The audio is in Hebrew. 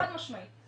חד משמעית.